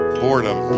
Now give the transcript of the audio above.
boredom